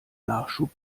nachschub